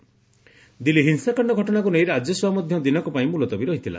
Rajya Sabha adjourn Delhi ହିଂସାକାଣ୍ଡ ଘଟଣାକୁ ନେଇ ରାଜ୍ୟସଭା ମଧ୍ୟ ଦିନକ ପାଇଁ ମୁଲତବୀ ରହିଥିଲା